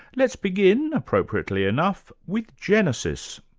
let's begin, appropriately enough, with genesis.